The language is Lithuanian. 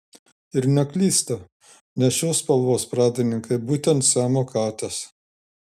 ir neklysta nes šios spalvos pradininkai būtent siamo katės